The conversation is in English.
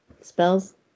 Spells